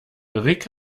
rick